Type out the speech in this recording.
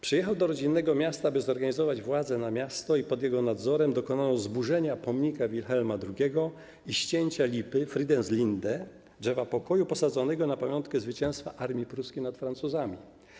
Przyjechał do rodzinnego miasta, by zorganizować władzę na miasto i pod jego nadzorem dokonano zburzenia pomnika Wilhelma II i ścięcia lipy Friedenslinde, drzewa pokoju, posadzonego na pamiątkę zwycięstwa armii pruskiej nad Francuzami.